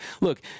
look